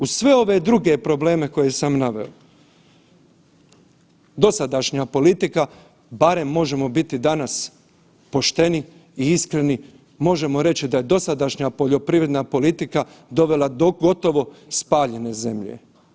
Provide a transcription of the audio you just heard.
Uz sve ove druge probleme koje sam naveo dosadašnja politika barem možemo biti danas pošteni i iskreni, možemo reći da je dosadašnja poljoprivredna politika dovela do gotovo spaljene zemlje.